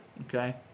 okay